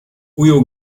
ujął